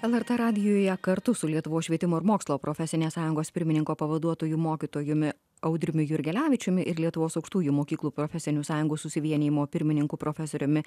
lrt radijuje kartu su lietuvos švietimo ir mokslo profesinės sąjungos pirmininko pavaduotoju mokytojumi audriumi jurgelevičiumi ir lietuvos aukštųjų mokyklų profesinių sąjungų susivienijimo pirmininku profesoriumi